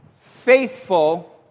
faithful